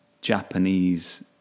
Japanese